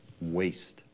waste